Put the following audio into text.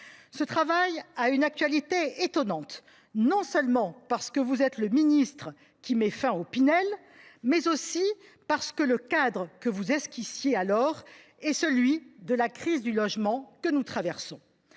Ce travail a une actualité étonnante, non seulement parce que vous êtes le ministre qui met fin au dispositif Pinel, mais aussi parce que le cadre que vous esquissiez alors est celui de la crise du logement que nous traversons.